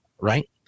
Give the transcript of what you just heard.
right